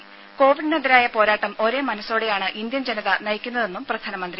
ത കോവിഡിനെതിരായ പോരാട്ടം ഒരേ മനസ്സോടെയാണ് ഇന്ത്യൻ ജനത നയിക്കുന്നതെന്നും പ്രധാനമന്ത്രി